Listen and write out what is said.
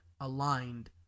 aligned